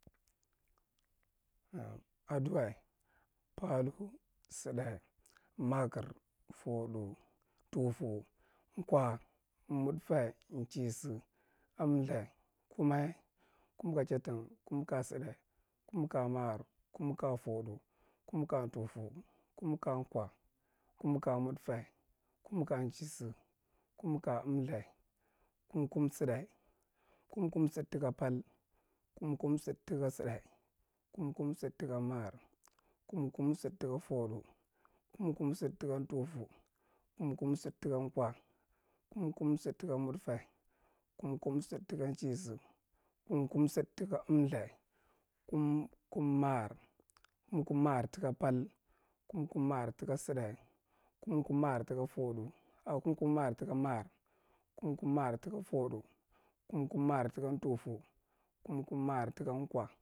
Duwa, plathu saɗa, makir, fodu, ntufu, nkwa, mudfa, nchasa, amltha, kuma, kum ka chatak, kum ka saɗa, kum ka makar, kum ka fodu, kuka ntufu, kum ka nkwa, kum ka mudfa, kum ka nchisa, kunka amltha kum- kum saɗa kum- kum sad taka pal, kum- kum sad taka sada, kum- kum sad taka makar, kum- kum sad taka fodu, kum- kum sad taka ntufu, kum- kum sad taka nkwa, kum- kum sad taka mudfa, kum- kum sad taka nchis, kum- kum sad taka amltha, kum- kum maar, kum- kum maar taka pal, kum- kum maar taka sada, kum- kum taka fodu kum- kum maar taka maar, kum- kum maar taka fodu, kum- kum maar taka ntufu, kum- kum maar taka nkwa…